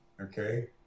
Okay